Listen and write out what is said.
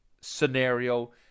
scenario